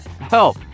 Help